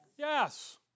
Yes